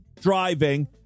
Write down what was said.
driving